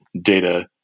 data